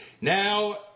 Now